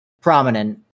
prominent